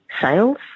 sales